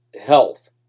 health